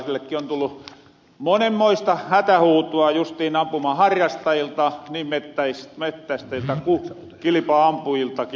meikäläisellekin on tullu monenmoista hätähuutoa justiin ampumaharrastajilta niin mettästäjiltä ku kilpa ampujiltaki